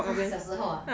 小时候 ah